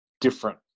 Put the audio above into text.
different